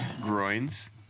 groins